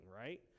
right